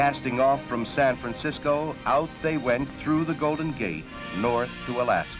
casting off from san francisco out they went through the golden gate lowered to a last